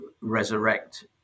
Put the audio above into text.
resurrect